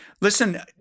listen